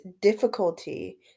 difficulty